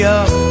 up